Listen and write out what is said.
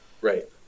Right